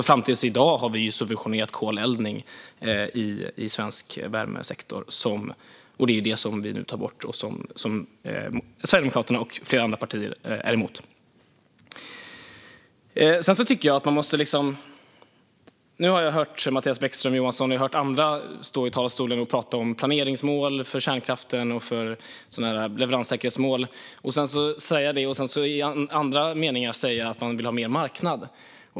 Fram till i dag har vi subventionerat koleldning i svensk värmesektor. Det är det som vi nu tar bort och som Sverigedemokraterna och flera andra partier är emot. Nu har jag hört Mattias Bäckström Johansson och andra stå i talarstolen och tala om planeringsmål för kärnkraften och leveranssäkerhetsmål. I andra meningar kan man säga att man vill ha mer marknad.